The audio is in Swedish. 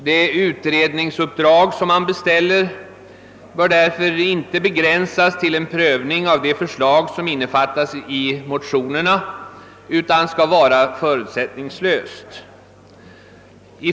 Det utredningsupp drag som man beställer bör därför inte begränsas till en prövning av de förslag som görs i motionerna utan bör bli förutsättningslöst.